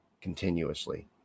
continuously